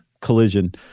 collision